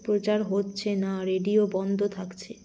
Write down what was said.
প্রচার হচ্ছে না রেডিও বন্ধ থাকছে